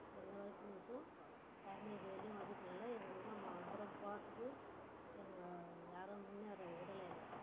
எந்த கால்ப்புணர்ச்சியும் யாருக்குமே இது வரயிலையும் உதவி பண்ணல எங்களுக்கும் அம்மா தூரம் போகிறதுக்கு எங்களை யாரும் முன்னேற விடல எங்களை